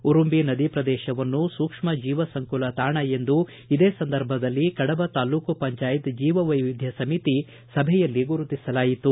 ಉರುಂಬ ನದೀ ಪ್ರದೇಶವನ್ನು ಸೂಕ್ಷ್ಮಜೀವ ಸಂಕುಲ ತಾಣ ಎಂದು ಇದೇ ಸಂದರ್ಭದಲ್ಲಿ ಕಡಬ ತಾಲ್ಲೂಕು ಪಂಚಾಯತ್ ಜೀವ ವೈವಿಧ್ಯ ಸಮಿತಿ ಸಭೆಯಲ್ಲಿ ಗುರುತಿಸಲಾಯಿತು